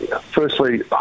Firstly